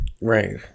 Right